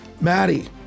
Maddie